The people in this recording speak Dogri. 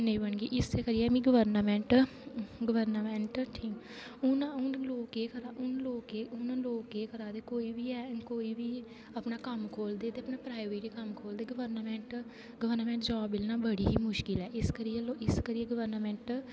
नेईं बनगी इस करियै में गवर्नामेंट गवर्नामेंट हून हून लोक केह् करदे हून लोक केह् करदे हून लोक केह् करा दे कोई बी करना बी अपना कम्म खोलदे ते अपना प्राइवेट ही गवर्नामेंट गवर्नामेंट जाॅव ना बड़ी ही मुशकिल ऐ इस करियै लोक इस करियै गवर्नामेंट